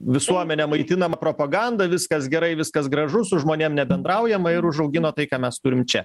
visuomenė maitinama propaganda viskas gerai viskas gražu su žmonėm nebendraujama ir užaugino tai ką mes turim čia